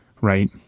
right